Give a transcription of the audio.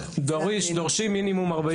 דורשים מינימום 45 סנטימטרים.